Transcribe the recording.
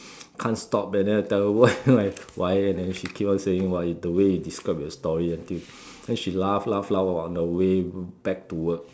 can't stop and then I tell her why like why then she keep on saying why the way you describe your story until then she laugh laugh laugh on the way back to work